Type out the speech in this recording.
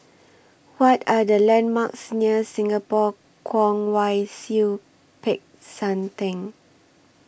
What Are The landmarks near Singapore Kwong Wai Siew Peck San Theng